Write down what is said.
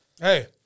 Hey